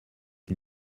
ils